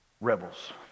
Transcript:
rebels